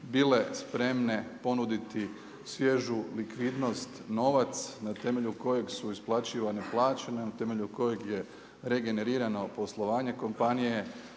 bile spremne ponuditi svježu likvidnost, novac na temelju kojeg su isplaćivane plaće, na temelju kojeg je regenerirano poslovanje kompanije,